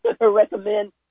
recommend